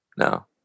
no